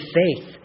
faith